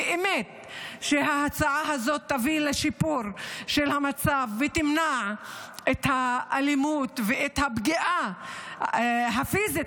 שההצעה הזו תביא לשיפור של המצב ותמנע את האלימות ואת הפגיעה הפיזית,